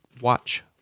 watch